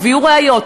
תביאו ראיות,